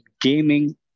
gaming